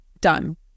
done